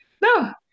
No